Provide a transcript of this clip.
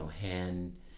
hand